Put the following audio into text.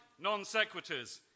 non-sequiturs